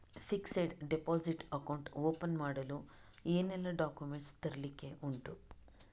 Fixed deposit account open ಮಾಡಲು ಏನೆಲ್ಲಾ documents ತರ್ಲಿಕ್ಕೆ ಉಂಟು?